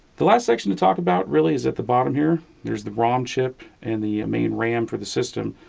the last section to talk about really is at the bottom here. there's the rom chip and the main ram for the system.